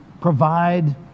provide